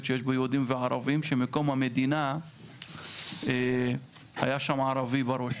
יהודים וערבים שמקום המדינה היה שם ערבי בראש,